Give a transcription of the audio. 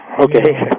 Okay